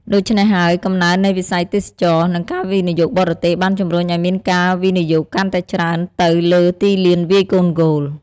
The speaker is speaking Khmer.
ដូច្នេះហើយ កំណើននៃវិស័យទេសចរណ៍ និងការវិនិយោគបរទេសបានជំរុញឲ្យមានការវិនិយោគកាន់តែច្រើនទៅលើទីលានវាយកូនហ្គោល។